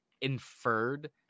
inferred